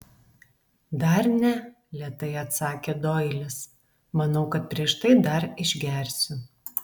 dar ne lėtai atsakė doilis manau kad prieš tai dar išgersiu